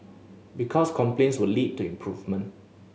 because complaints will lead to improvement